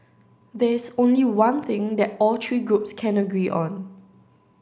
there is only one thing that all three groups can agree on